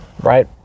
right